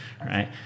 right